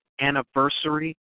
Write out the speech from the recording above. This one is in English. anniversary